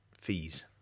fees